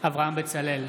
אברהם בצלאל,